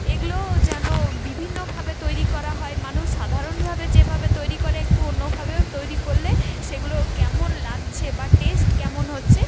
এগুলোও যেন বিভিন্নভাবে তৈরি করা হয় মানুষ সাধারণভাবে যেভাবে তৈরি করে একটু অন্যভাবেও তৈরি করলে সেগুলো কেমন লাগছে বা টেস্ট কেমন হচ্চে